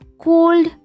cold